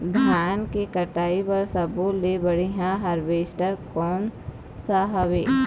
धान के कटाई बर सब्बो ले बढ़िया हारवेस्ट कोन सा हवए?